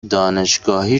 دانشگاهی